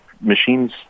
machines